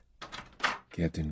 Captain